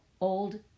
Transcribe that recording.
old